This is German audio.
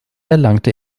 erlangte